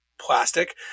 plastic